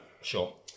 Sure